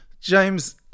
James